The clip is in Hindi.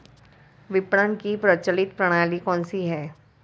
विपणन की प्रचलित प्रणाली कौनसी है?